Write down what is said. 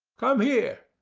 come here,